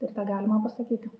ir tegalima pasakyti